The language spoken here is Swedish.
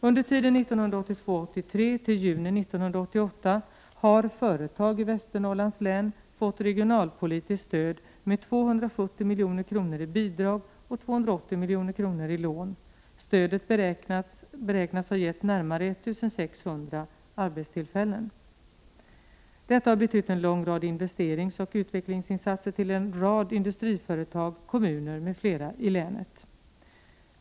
Under tiden 1982 till juni 1988 har företag i Västernorrlands län fått regionalpolitiskt stöd med 270 milj.kr. i bidrag och 280 milj.kr. i lån. Stödet beräknas ha gett närmare 1 600 arbetstillfällen. Detta har betytt en lång rad investeringsoch utvecklingsinsatser till en rad industriföretag, kommuner m.fl. i länet.